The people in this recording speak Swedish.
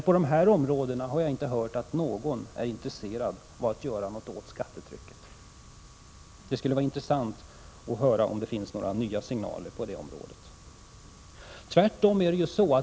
Jag har emellertid inte hört att någon är intresserad av att göra någonting åt skattetrycket på dessa områden. Det skulle vara intressant att höra om det finns några nya signaler på det området.